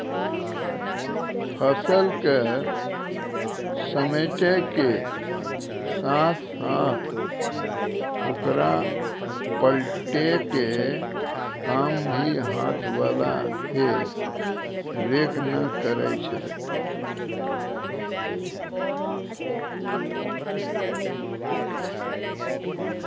फसल क समेटै के साथॅ साथॅ होकरा पलटै के काम भी हाथ वाला हे रेक न करै छेलै